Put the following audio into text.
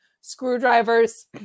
screwdrivers